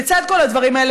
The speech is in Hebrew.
בצד כל הדברים האלה,